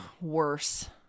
worse